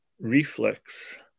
reflex